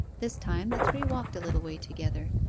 this time the three walked a little way together,